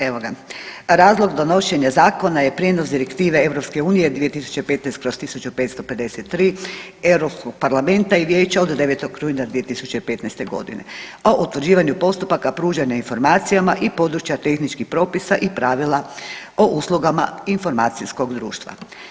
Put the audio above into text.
Evo ga, razlog donošenja Zakona je prijenos Direktive EU 2015/1553 EU Parlamenta i Vijeća od 9. rujna 2015. g. o utvrđivanju postupaka pružanja informacijama i područja tehničkih propisa i pravila o uslugama informacijskog društva.